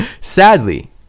sadly